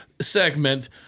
segment